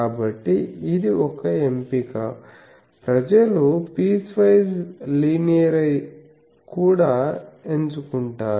కాబట్టి ఇది ఒక ఎంపిక ప్రజలు పీస్ వైస్ లీనియర్కూడా ఎంచుకుంటారు